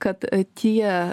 kad tie